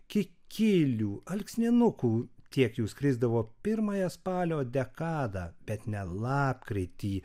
kikilių alksninukų tiek jų skrisdavo pirmąją spalio dekadą bet ne lapkritį